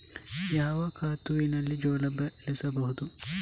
ಯಾವ ಋತುವಿನಲ್ಲಿ ಜೋಳ ಬೆಳೆಸಬಹುದು?